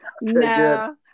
no